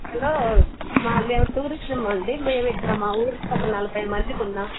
hello మేము టూరిస్ట్లమండి మేము ఇక్కడ మా ఊరికి ఒక నలభై మందిమి ఉన్నాము